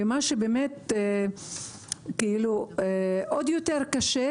ומה שבאמת עוד יותר קשה,